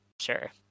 sure